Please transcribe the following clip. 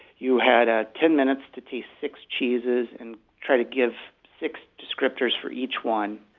you had ah ten minutes to taste six cheeses and try to give six descriptors for each one.